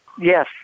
Yes